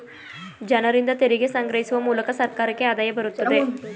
ಜನರಿಂದ ತೆರಿಗೆ ಸಂಗ್ರಹಿಸುವ ಮೂಲಕ ಸರ್ಕಾರಕ್ಕೆ ಆದಾಯ ಬರುತ್ತದೆ